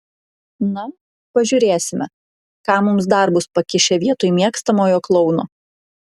na pažiūrėsime ką mums dar bus pakišę vietoj mėgstamojo klouno